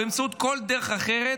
או באמצעות כל דרך אחרת,